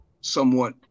somewhat